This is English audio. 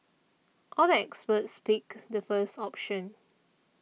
all the experts picked the first option